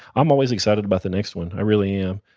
i'm always excited about the next one. i really am.